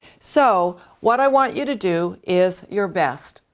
so what i want you to do is your best.